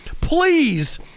Please